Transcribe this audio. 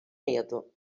medo